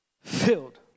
Filled